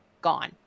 Gone